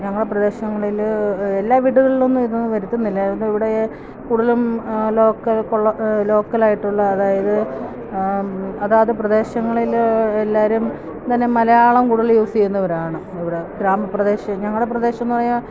ഞങ്ങളുടെ പ്രദേശങ്ങളില് എല്ലാ വീടുകളിലൊന്നും ഇതൊന്നും വരുത്തുന്നില്ല അത് ഇവിടെ കൂടുതലും ലോക്കൽ ലോക്കലായിട്ടുള്ള അതായത് അതാത് പ്രദേശങ്ങളില് എല്ലാവരും തന്നെ മലയാളം കൂടുതല് യൂസ് ചെയ്യുന്നവരാണ് ഇവിടെ ഞങ്ങളുടെ പ്രദേശമെന്ന് പറഞ്ഞാല്